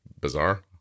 bizarre